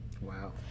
Wow